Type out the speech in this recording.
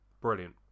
Brilliant